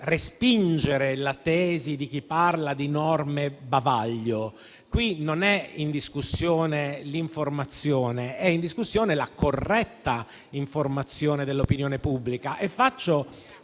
per respingere la tesi di chi parla di norme bavaglio. Qui non è in discussione l'informazione, ma è in discussione la corretta informazione dell'opinione pubblica.